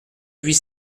huit